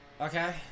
okay